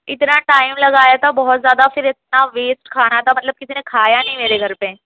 اتنا ٹائم لگایا تھا بہت زیادہ پھر اتنا ویسٹ کھانا تھا مطلب کسی نے کھایا نہیں میرے گھر پہ